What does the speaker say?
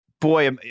Boy